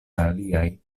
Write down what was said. aliaj